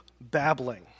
babbling